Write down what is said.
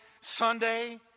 Sunday